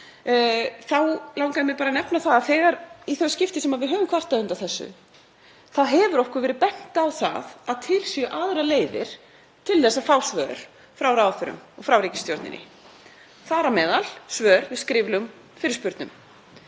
Þá langar mig að nefna það að í þau skipti sem við höfum kvartað undan þessu þá hefur okkur verið bent á það að til séu aðrar leiðir til að fá svör frá ráðherrum og frá ríkisstjórninni, þar á meðal svör við skriflegum fyrirspurnum.